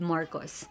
Marcos